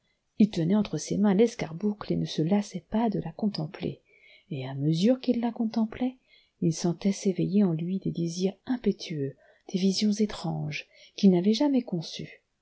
il tenait entre ses mains l'escarboucle et ne se lassait pas de la contempler et à mesure qu'il la contemplait il sentait s'éveiller en lui des désirs impétueux des visions étranges qu'il n'avait jamais conçus